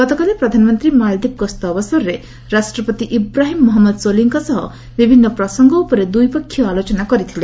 ଗତକାଲି ପ୍ରଧାନମନ୍ତ୍ରୀ ମାଳଦ୍ୱୀପ ଗସ୍ତ ଅବସରରେ ରାଷ୍ଟ୍ରପତି ଇବ୍ରାହିମ୍ ମହମ୍ମଦ ସୋଲିଙ୍କ ସହ ବିଭିନ୍ନ ପ୍ରସଙ୍ଗ ଉପରେ ଦ୍ୱିପାକ୍ଷିକ ଆଲୋଚନା କରିଥିଲେ